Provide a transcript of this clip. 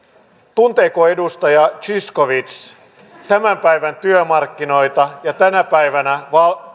tunteeko edustaja zyskowicz tämän päivän työmarkkinoita ja tänä päivänä